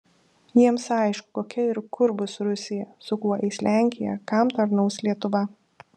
jiems aišku kokia ir kur bus rusija su kuo eis lenkija kam tarnaus lietuva